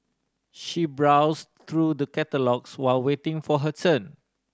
she browsed through the catalogues while waiting for her turn